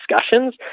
discussions